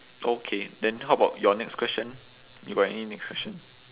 okay then how about your next question you got any next question